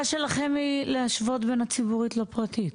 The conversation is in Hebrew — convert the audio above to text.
שלכם היא להשוות בין הציבורית לפרטית?